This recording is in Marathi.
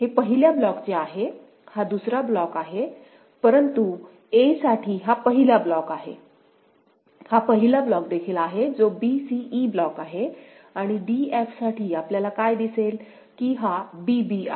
हे पहिल्या ब्लॉकचे आहे हा दुसरा ब्लॉक आहे परंतु a साठी हा पहिला ब्लॉक आहे हा पहिला ब्लॉक देखील आहे जो b c e ब्लॉक आहे आणि d f साठी आपल्याला काय दिसेल की हा b b आहे आणि हा a आहे